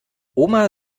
oma